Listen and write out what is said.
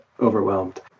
overwhelmed